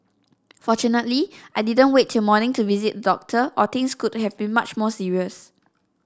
fortunately I didn't wait till morning to visit doctor or things could have been much more serious